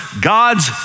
God's